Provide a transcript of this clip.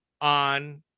on –